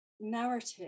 narrative